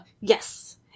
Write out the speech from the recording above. Yes